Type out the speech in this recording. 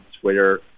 Twitter